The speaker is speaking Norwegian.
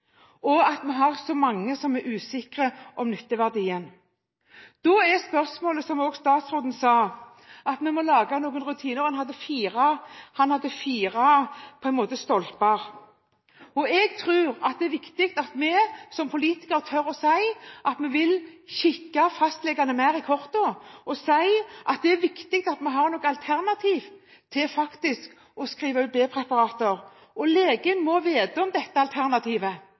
om ikke vi burde lage noen rutiner. Han hadde fire stolper. Jeg tror det er viktig at vi som politikere tør å si at vi vil se fastlegene mer i kortene og si at det er viktig at vi har noen alternativer til å skrive ut B-preparater. Legene må vite om dette alternativet,